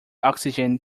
oxygen